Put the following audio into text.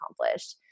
accomplished